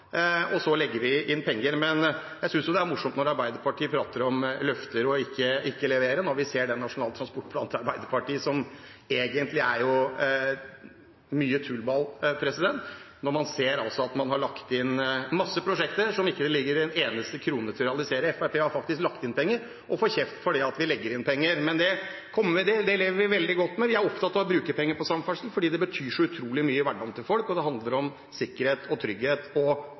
og så legger vi inn penger. Men jeg synes det er morsomt når Arbeiderpartiet prater om løfter og å ikke levere, når vi ser Arbeiderpartiets forslag til Nasjonal transportplan, som jo egentlig er mye tullball, når man altså ser at det er lagt inn masse prosjekter som det ikke ligger en eneste krone til å realisere. Fremskrittspartiet har faktisk lagt inn penger – og får kjeft fordi vi legger inn penger. Men det lever vi veldig godt med. Vi er opptatt av å bruke penger på samferdsel, fordi det betyr så utrolig mye i hverdagen til folk, og det handler om sikkerhet og trygghet